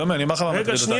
שלומי, אומר לך מה מטריד אותנו.